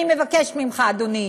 אני מבקשת ממך, אדוני,